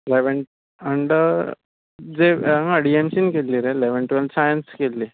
eleventh under म्हणजे हांगा D M सींत केल्ली लेवेंथ टुवेल्थ आनी सायन्स केल्ली